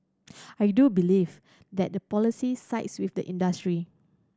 I do believe that the policy sides with the industry